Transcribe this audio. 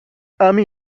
army